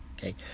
Okay